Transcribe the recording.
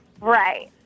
Right